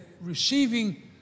receiving